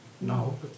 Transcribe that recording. No